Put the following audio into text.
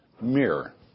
mirror